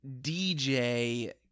DJ